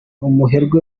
umuherwe